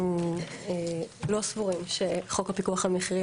אנחנו לא סבורים שחוק הפיקוח על מחירים